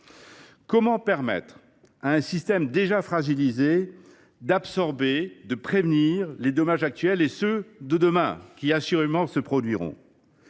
Comment permettre à un système déjà fragilisé d’absorber, de prévenir les dommages actuels et ceux qui se produiront